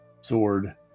sword